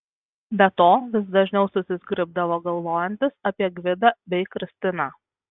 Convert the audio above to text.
be to vis dažniau susizgribdavo galvojantis apie gvidą bei kristiną